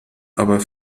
aber